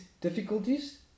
difficulties